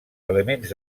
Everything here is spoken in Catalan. elements